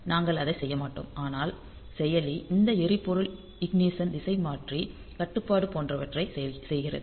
நாங்கள் அதை செய்ய மாட்டோம் ஆனால் செயலி இந்த எரிபொருள் இக்னிஷன் திசைமாற்றி கட்டுப்பாடு போன்றவற்றைச் செய்கிறது